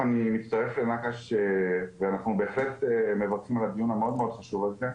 אני מצטרף לנקש ואנחנו בהחלט מברכים על הדיון המאוד חשוב הזה.